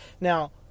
Now